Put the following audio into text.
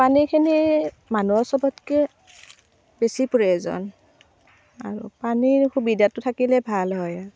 পানীখিনি মানুহৰ চবতকৈ বেছি প্ৰয়োজন আৰু পানীৰ সুবিধাটো থাকিলে ভাল হয়